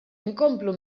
inkomplu